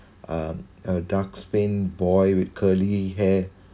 um a dark spain boy with curly hair